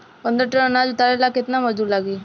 पन्द्रह टन अनाज उतारे ला केतना मजदूर लागी?